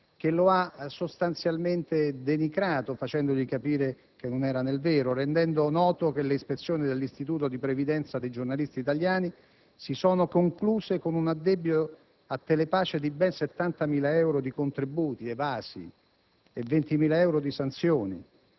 che li ha sostanzialmente denigrati, facendo capire che non erano nel vero e rendendo noto che le ispezioni dell'Istituto di previdenza dei giornalisti italiani si sono concluse con un addebito a Telepace pari a ben 70.000 euro per contributi evasi e a 20.000 euro di sanzioni.